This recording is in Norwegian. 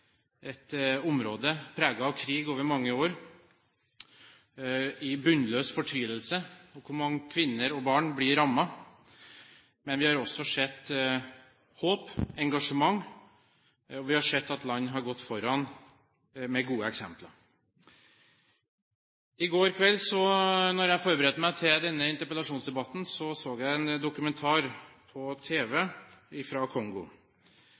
et område preget av krig over mange år, med bunnløs fortvilelse og hvor mange kvinner og barn blir rammet. Men vi har også sett håp og engasjement, og vi har sett at land har gått foran med gode eksempler. I går kveld, da jeg forberedte meg til denne interpellasjonsdebatten, så jeg en dokumentar på tv fra Kongo.